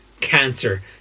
cancer